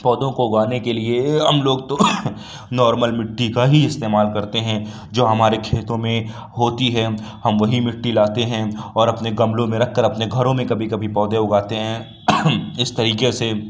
پودوں کو اگانے کے لیے ہم لوگ تو نارمل مٹی کا ہی استعمال کرتے ہیں جو ہمارے کھیتوں میں ہوتی ہے ہم وہی مٹی لاتے ہیں اور اپنے گملوں میں رکھ کر اپنے گھروں میں کبھی کبھی پودے اگاتے ہیں اس طریقے سے